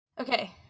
Okay